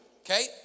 Okay